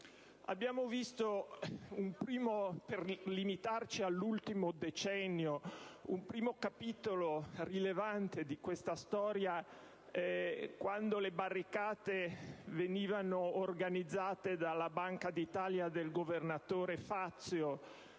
impedirlo. Per limitarci all'ultimo decennio, abbiamo visto un primo capitolo rilevante di questa storia quando le barricate sono state organizzate dalla Banca d'Italia del governatore Fazio,